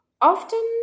often